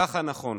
ככה נכון.